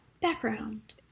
background